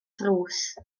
ddrws